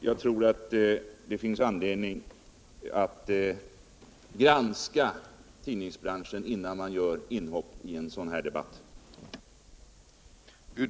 Jag tror att det finns anledning att lära sig tidningsbranschen innan man gör inhopp i en sådan här debatt.